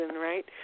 right